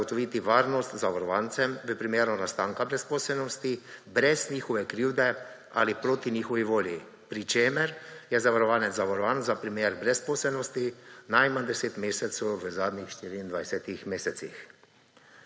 zagotoviti varnost zavarovancem v primeru nastanka brezposelnosti brez njihove krivde ali proti njihovi volji, pri čemer je zavarovanec zavarovan za primer brezposelnosti najmanj 10 mesecev v zadnjih 24 mesecih.